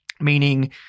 meaning